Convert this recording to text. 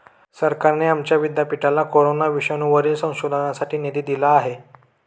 सरकारने आमच्या विद्यापीठाला कोरोना विषाणूवरील संशोधनासाठी निधी दिला आहे